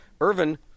Irvin